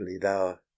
thou